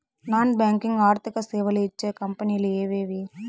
Non banking ఆర్థిక సేవలు ఇచ్చే కంపెని లు ఎవేవి?